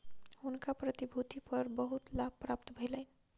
हुनका प्रतिभूति पर बहुत लाभ प्राप्त भेलैन